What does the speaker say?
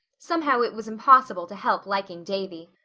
somehow, it was impossible to help liking davy.